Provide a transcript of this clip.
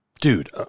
dude